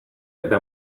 eta